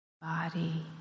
Body